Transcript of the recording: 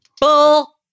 Bull